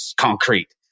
concrete